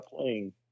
playing